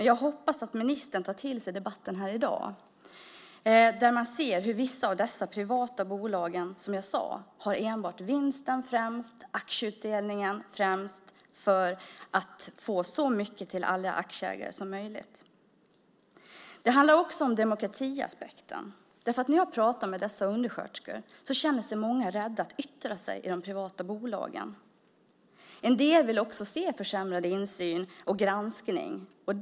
Jag hoppas att ministern tar till sig debatten här i dag som visar att vissa av de privata bolagen har vinsten och aktieutdelningen främst för att man ska få så mycket till aktieägarna som möjligt. Det handlar också om demokratiaspekten. Av de undersköterskor jag pratar med är det många som känner sig rädda för att yttra sig i de privata bolagen. En del vill också se försämrad insyn och granskning.